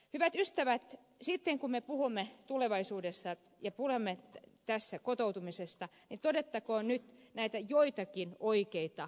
hyvät ystävät sitten kun me puhumme tulevaisuudesta ja puhumme kotoutumisesta niin todettakoon nyt joitakin oikeita lukuja